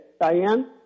Diane